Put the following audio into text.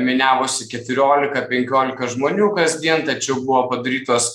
miniavosi keturiolika penkiolika žmonių kasdien tačiau buvo padarytos